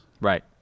right